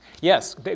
Yes